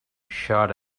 shot